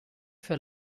für